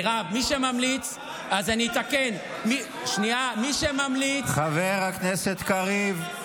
מירב, מי שממליץ, מה אתה מדבר, חבר הכנסת קריב.